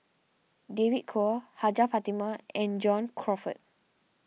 David Kwo Hajjah Fatimah and John Crawfurd